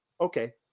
Okay